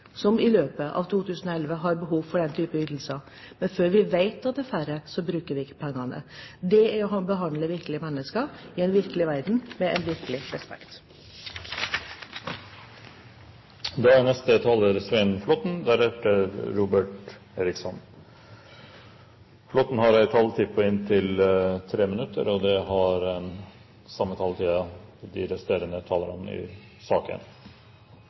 som i løpet av 2011 har behov for den type ytelser. Men før vi vet at det er færre, reduserer vi ikke pengebruken. Det er å behandle virkelige mennesker i en virkelig verden med virkelig respekt. De talere som heretter får ordet, har en taletid på inntil 3 minutter. Det unisone budskapet fra regjeringspartiene i dag er at vi har det så godt her i